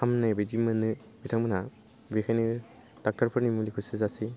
हामनाय बायदि मोनो बिथांमोनहा बेखायनो डाक्टारफोरनि मुलिखौसो जासै